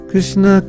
Krishna